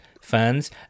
fans